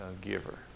giver